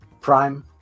prime